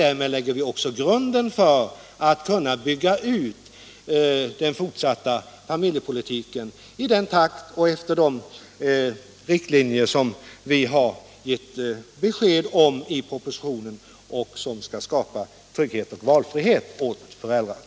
Därmed lägger vi också grunden för en utbyggnad av den fortsatta familjepolitiken i den takt och enligt de riktlinjer som vi har gett besked om i propositionen och som skall skapa trygghet och valfrihet åt föräldrarna.